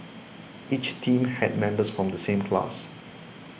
each team had members from the same class